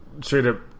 straight-up